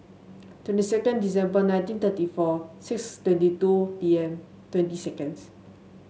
twenty second December nineteen thirty four six twenty two P M twenty seconds